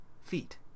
Feet